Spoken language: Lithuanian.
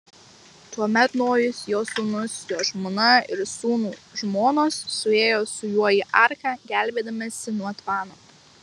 tuomet nojus jo sūnūs jo žmona ir sūnų žmonos suėjo su juo į arką gelbėdamiesi nuo tvano